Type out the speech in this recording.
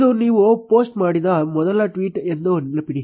ಇದು ನೀವು ಪೋಸ್ಟ್ ಮಾಡಿದ ಮೊದಲ ಟ್ವೀಟ್ ಎಂದು ನೆನಪಿಡಿ